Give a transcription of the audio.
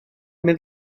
mynd